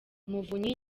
muvunyi